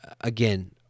Again